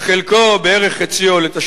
לקהילה הבדואית בנגב.